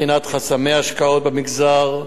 בחינת חסמי ההשקעות במגזר,